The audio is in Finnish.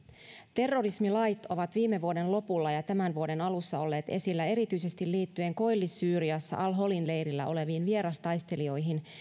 terrorismilait ovat viime vuoden lopulla ja tämän vuoden alussa olleet esillä erityisesti liittyen koillis syyriassa al holin leirillä oleviin vierastaistelijoihin